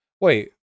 Wait